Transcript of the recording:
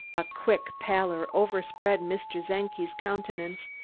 a quick pallor overspread mr. czenki's countenance,